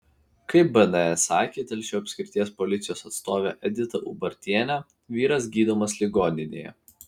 kaip bns sakė telšių apskrities policijos atstovė edita ubartienė vyras gydomas ligoninėje